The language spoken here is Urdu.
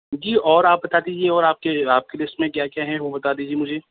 جی اور آپ بتا دیجیے اور آپ کے آپ کی لسٹ میں کیا کیا ہیں وہ بتا دیجیے مجھے